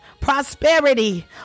prosperity